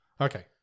Okay